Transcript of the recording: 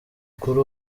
kuri